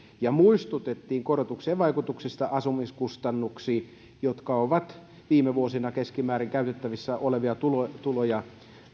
ja muistutettiin korotuksien vaikutuksista asumiskustannuksiin jotka ovat viime vuosina kasvaneet keskimäärin käytettävissä olevia tuloja tuloja